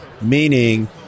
Meaning